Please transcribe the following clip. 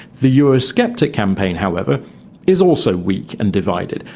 the eurosceptic campaign however is also weak and divided.